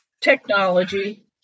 Technology